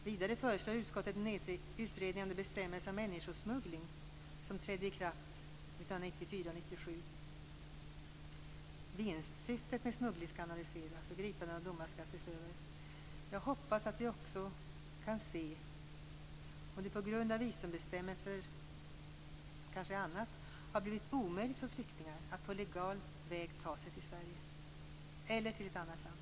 Vidare föreslår utskottet en utredning av de bestämmelser om människosmuggling som trädde i kraft 1994 och 1997. Vinstsyftet med smugglingen skall analyseras, gripanden och domar skall ses över. Jag hoppas att vi också kan se om det på grund av visumbestämmelser och annat har blivit omöjligt för flyktingar att på legalt sätt ta sig till Sverige eller till ett annat land.